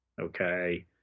Okay